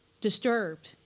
disturbed